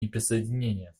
неприсоединения